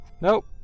Nope